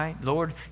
Lord